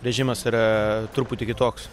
režimas yra truputį kitoks